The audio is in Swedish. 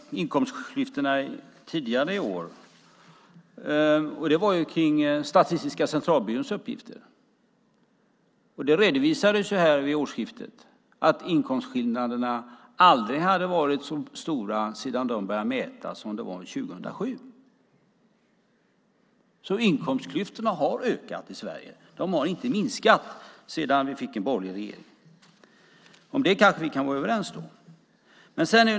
Fru talman! Vi hade en debatt om inkomstklyftorna tidigare i år, finansministern. Det handlade då om Statistiska centralbyråns uppgifter. Det redovisades här vid årsskiftet att inkomstskillnaderna aldrig hade varit så stora sedan de började mätas som de var år 2007. Inkomstklyftorna har alltså ökat i Sverige. De har inte minskat sedan vi fick en borgerlig regering. Det kanske vi kan vara överens om.